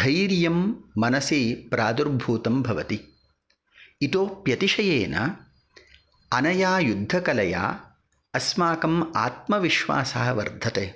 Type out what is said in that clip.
धैर्यं मनसि प्रादुर्भूतं भवति इतोपि अतिशयेन अनया युद्धकलया अस्माकम् आत्मविश्वासः वर्धते